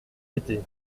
été